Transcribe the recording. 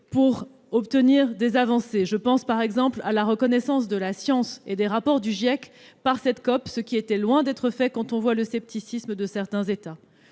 pour obtenir des avancées. Je pense, par exemple, à la reconnaissance de la science et des rapports du GIEC par cette COP, reconnaissance qui était loin d'être acquise si l'on considère le scepticisme de certains États.